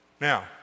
Now